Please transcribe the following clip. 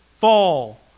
fall